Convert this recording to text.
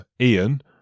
ian